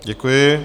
Děkuji.